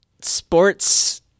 sports